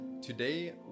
Today